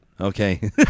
Okay